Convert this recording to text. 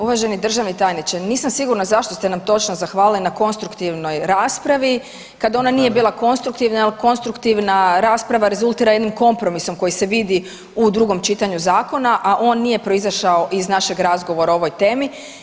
Uvaženi državni tajniče, nisam sigurna zašto ste nam točno zahvalili na konstruktivnoj raspravi kad ona nije bila konstruktivna jel konstruktivna rasprava rezultira jednim kompromisom koji se vidi u drugom čitanju zakona, a on nije proizašao iz našeg razgovora o ovoj temi.